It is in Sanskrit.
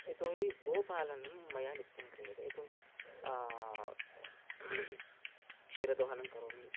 यतो हि गोपालनं मया नित्यं क्रियते यतो हि क्षीरदोहनं करोमि